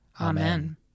Amen